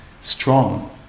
strong